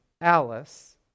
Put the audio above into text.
Alice